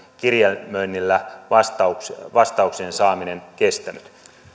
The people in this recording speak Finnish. kirjelmöinnillä vastauksen vastauksen saaminen kestänyt